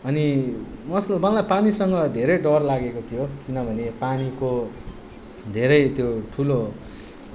अनि मसल् मलाई पानीसँग धेरै डर लागेको थियो किनभने पानीको धेरै त्यो ठुलो